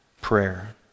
prayer